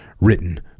written